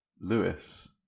Lewis